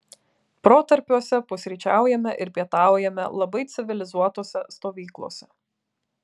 protarpiuose pusryčiaujame ir pietaujame labai civilizuotose stovyklose